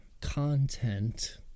content